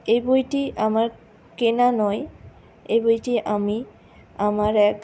এই বইটি আমার কেনা নয় এই বইটি আমি আমার এক